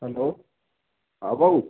ह हा भाऊ